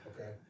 Okay